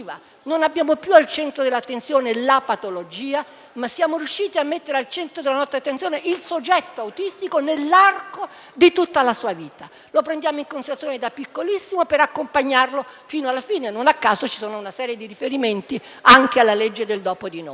non abbiamo più al centro dell'attenzione la patologia, ma siamo riusciti a mettere al centro della nostra attenzione il soggetto autistico nell'arco di tutta la sua vita. Lo prendiamo in considerazione da piccolissimo, per accompagnarlo fino alla fine, non a caso ci sono una serie di riferimenti anche alla legge n. 112 del